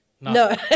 No